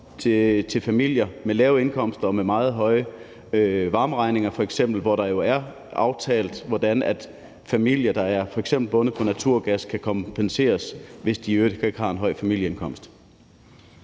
til familier med lave indkomster og med meget høje varmeregninger, hvor det jo er aftalt, hvordan familier, der f.eks. er bundet op på naturgas, kan kompenseres, hvis de i øvrigt ikke har en høj familieindkomst.